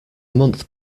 month